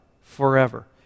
forever